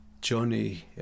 Johnny